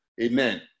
Amen